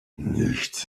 nichts